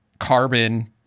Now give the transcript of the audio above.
Carbon